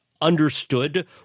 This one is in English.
understood